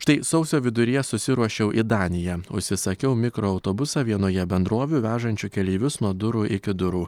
štai sausio viduryje susiruošiau į daniją užsisakiau mikroautobusą vienoje bendrovių vežančių keleivius nuo durų iki durų